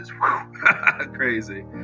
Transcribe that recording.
crazy